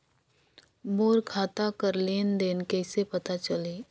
मोर खाता कर लेन देन कइसे पता चलही?